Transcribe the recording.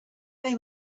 they